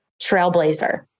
trailblazer